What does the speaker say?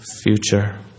future